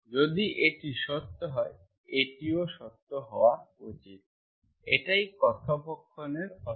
যদি এটি সত্য হয় এটিও সত্য হওয়া উচিত এটাই কথোপকথনের অর্থ